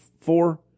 Four